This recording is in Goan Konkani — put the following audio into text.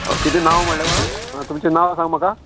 कितें नांव म्हणलें हां तुमचें नांवां सांग म्हाका